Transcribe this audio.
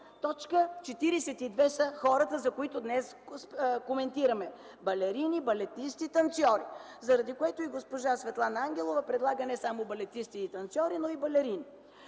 42 са хората, за които днес коментираме – балерини, балетисти, танцьори, заради което и госпожа Светлана Ангелова предлага не само балетисти и танцьори, но и балерини.